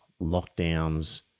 lockdowns